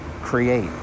create